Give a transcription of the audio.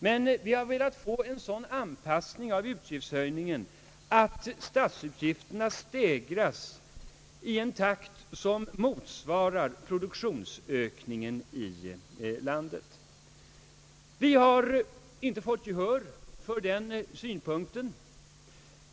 Däremot har vi velat ha en sådan anpassning av utgiftshöjningen att statsutgifterna stegras i en takt som i stort motsvarar produktionsökningen i landet. Vi har inte fått gehör för den synpunkten.